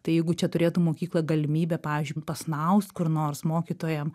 tai jeigu čia turėtų mokykla galimybę pavyzdžiui pasnaust kur nors mokytojam